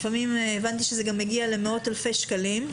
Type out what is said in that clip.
ולפעמים הבנתי שזה גם מגיע למאות אלפי שקלים,